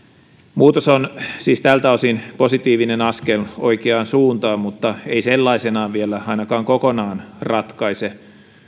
muutos on siis tältä osin positiivinen askel oikeaan suuntaan mutta ei sellaisenaan vielä ainakaan kokonaan ratkaise